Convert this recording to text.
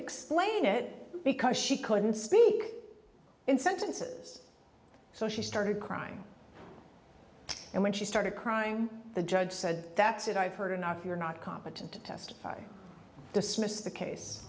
explain it because she couldn't speak in sentences so she started crying and when she started crying the judge said that's it i've heard enough you're not competent to testify dismissed the case